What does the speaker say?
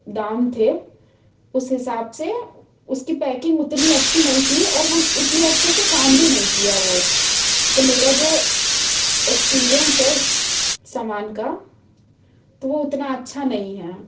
दाम थे उस हिसाब से उसकी पैकिंग उतनी अच्छी नहीं थी और वो उतने अच्छे से काम भी नहीं किया वो तो मेरा जो एक्सपीरियेंस है उस सामान का तो वह उतना अच्छा नहीं है